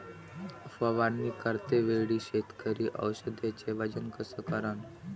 फवारणी करते वेळी शेतकरी औषधचे वजन कस करीन?